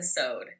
episode